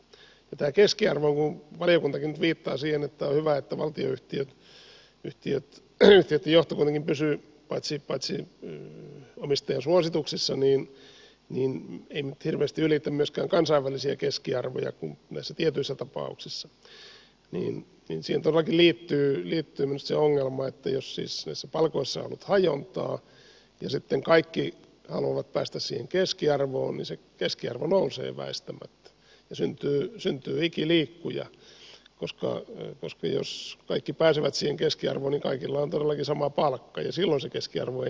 ja tähän keskiarvoon kun valiokuntakin nyt viittaa siihen että on hyvä että valtionyhtiöitten johtokuntakin paitsi pysyy omistajien suosituksissa ei myöskään nyt hirveästi ylitä kansainvälisiä keskiarvoja kuin näissä tietyissä tapauksissa todellakin liittyy minusta se ongelma että jos siis näissä palkoissa on ollut hajontaa ja sitten kaikki haluavat päästä siihen keskiarvoon niin se keskiarvo nousee väistämättä ja syntyy ikiliikkuja koska jos kaikki pääsevät siihen keskiarvoon niin kaikilla on todellakin sama palkka ja silloin se keskiarvo ei nouse